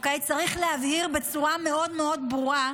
צריך להבהיר בצורה מאוד מאוד ברורה,